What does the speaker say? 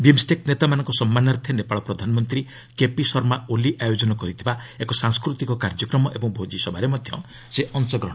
BIMSTEC ନେତାମାନଙ୍କ ସମ୍ମାନାର୍ଥେ ନେପାଳ ପ୍ରଧାନମନ୍ତ୍ରୀ କେପି ଶର୍ମା ଓଲି ଆୟୋଜନ କରିଥିବା ଏକ ସାଂସ୍କୃତିକ କାର୍ଯ୍ୟକ୍ରମ ଓ ଭୋଜିସଭାରେ ମଧ୍ୟ ସେ ଅଂଶଗ୍ରହଣ କରିବେ